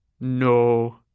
No